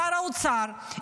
שר האוצר,